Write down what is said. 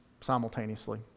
simultaneously